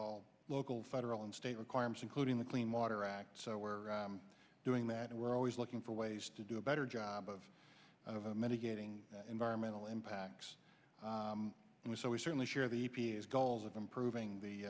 all local federal and state requirements including the clean water act so we're doing that and we're always looking for ways to do a better job of of a mitigating environmental impacts and so we certainly share the p a s goals of improving the